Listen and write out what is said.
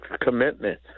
commitment